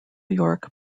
york